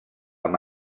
amb